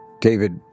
David